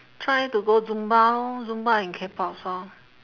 try to go zumba lor zumba and Kpops lor